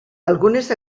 algunes